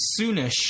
Soonish